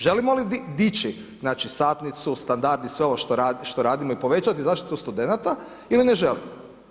Želimo li dići, znači… satnicu, standardi sve ovo što radimo i povećati zaštitu studenata ili ne želimo.